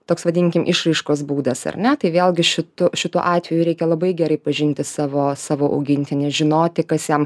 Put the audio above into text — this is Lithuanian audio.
toks vadinkim išraiškos būdas ar ne tai vėlgi šitu šitu atveju reikia labai gerai pažinti savo savo augintinį žinoti kas jam